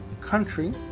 country